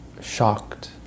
shocked